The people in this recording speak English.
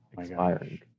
expiring